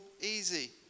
easy